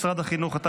משרד החינוך),